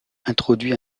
introduit